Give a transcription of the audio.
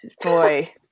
boy